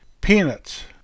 Peanuts